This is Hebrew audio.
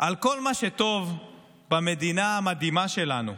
על כל מה שטוב במדינה המדהימה שלנו,